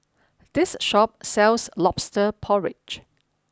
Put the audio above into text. this shop sells Lobster Porridge